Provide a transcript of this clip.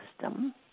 system